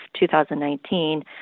2019